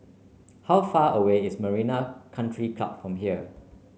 how far away is Marina Country Club from here